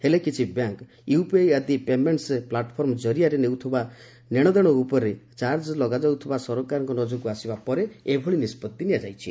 ହେଲେ କିଛି bank UPI ଆଦି ପେମେଣ୍ଟ ପ୍ଲାଟଫର୍ମ ଜରିଆରେ ହେଉଥିବା ନେଶଦେଶ ଉପରେ ଚାର୍ଜ ଲଗାଉଥିବା ସରକାରଙ୍କ ନଜରକୁ ଆସିବା ପରେ ଏଭଳି ନିର୍ଦ୍ଦେଶ ଦିଆଯାଇଛି